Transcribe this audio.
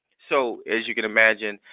so as you can imagine,